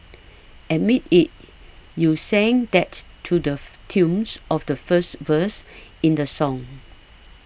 admit it you sang that to the tunes of the first verse in the song